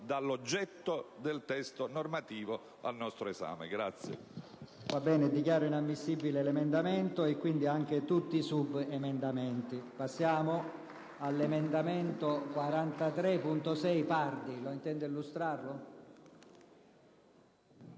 dall'oggetto del testo normativo in esame.